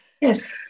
Yes